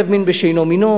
עירב מין בשאינו מינו,